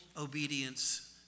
obedience